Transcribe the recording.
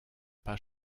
pas